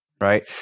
right